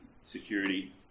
security